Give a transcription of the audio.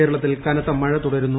കേരളത്തിൽ കനത്ത മഴ തുടരുന്നു